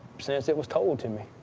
since it was told to me.